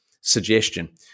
suggestion